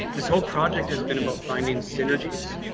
this whole project has been about finding synergies.